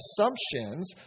assumptions